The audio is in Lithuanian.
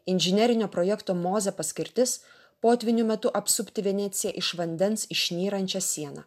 inžinerinio projekto mozė paskirtis potvynių metu apsupti veneciją iš vandens išnyrančia siena